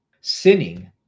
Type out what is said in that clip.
sinning